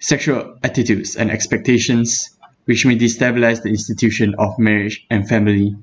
sexual attitudes and expectations which may destabilize the institution of marriage and family